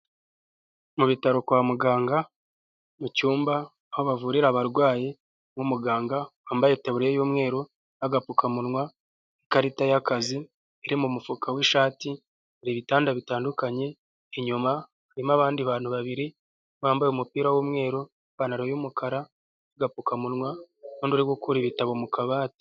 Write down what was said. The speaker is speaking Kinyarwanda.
Mu bitaro kwa muganga, mu cyumba aho bavurira abarwayi, harimo umuganga wambaye itaburiya y'umweru n'agapfukamunwa, ikarita y'akazi iri mu mufuka w'ishati, hari ibitanda bitandukanye, inyuma harimo abandi bantu babiri, bambaye umupira w'umweru, ipantaro y'umukara n'agapfukamunwa n'undi uri gukura ibitabo mu kabati.